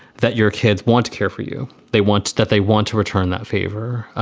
that your kids want to care for you. they want that. they want to return that favor.